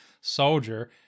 soldier